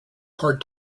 hard